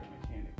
mechanic